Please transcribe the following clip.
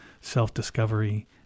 self-discovery